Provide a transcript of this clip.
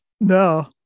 No